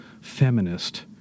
feminist